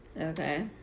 Okay